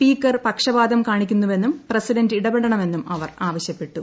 speaker പക്ഷപാതം കാണിക്കുന്നുവെന്നും president ഇടപെടണമെന്നും അവർ ആവശ്യപ്പെട്ടു